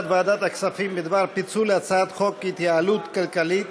הצעת ועדת הכספים בדבר פיצול הצעת חוק ההתייעלות הכלכלית